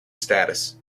status